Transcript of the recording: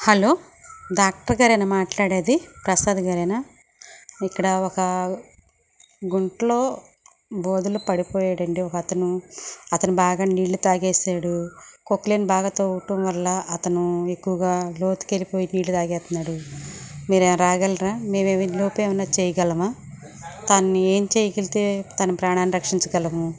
hello డాక్టర్గారేనా మాట్లాడేది ప్రసాద్ గారేనా ఇక్కడ ఒక గుంటలో బోరులో పడిపోయాడండి ఒక అతను అతను బాగా నీళ్ళు తాగేశాడు కొక్ లైన్ బాగా తవ్వటం వల్ల అతను ఎక్కువగా లోతుకు వెళ్ళిపోయి నీళ్ళు తాగేస్తున్నాడు మీరు ఏమైనా రాగలరా మేమేమి ఈలోపు ఏమైన్నా చేయగలమా అతన్ని ఏం చేయగలితే తన ప్రాణాన్ని రక్షించగలము